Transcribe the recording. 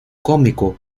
cómico